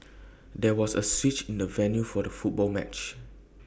there was A switch in the venue for the football match